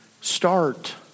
start